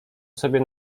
sobie